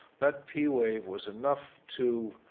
that p wave was enough to